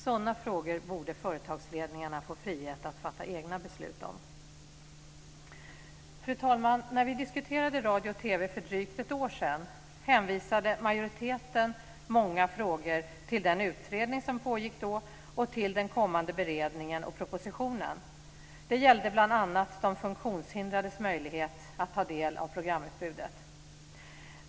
Sådana frågor borde företagsledningarna få frihet att fatta egna beslut om. Fru talman! När vi diskuterade radio och TV för drygt ett år sedan hänvisade majoriteten många frågor till den utredning som pågick då och till den kommande beredningen och propositionen. Det gällde bl.a. de funktionshindrades möjlighet att ta del av programutbudet.